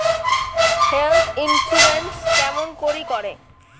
Health insurance কেমন করি করে?